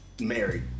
married